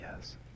yes